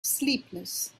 sleepless